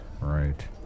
right